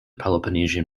peloponnesian